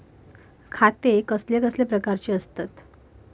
खाते कसल्या कसल्या प्रकारची असतत?